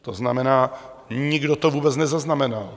To znamená, nikdo to vůbec nezaznamenal.